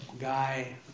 guy